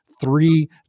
three